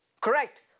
Correct